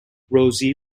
rosie